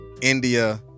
India